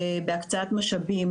בהקצאת משאבים,